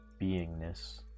beingness